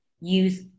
use